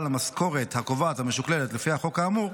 על המשכורת הקובעת המשוקללת לפי החוק האמור,